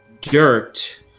dirt